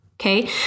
Okay